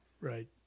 Right